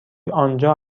آنجا